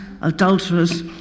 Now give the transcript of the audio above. adulterers